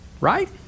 Right